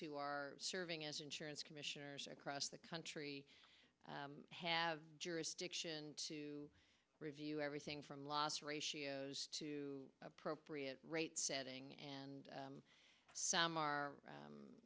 who are serving as insurance commissioners across the country have jurisdiction to review everything from loss ratios to appropriate rate setting and some are